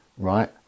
right